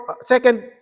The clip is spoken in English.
Second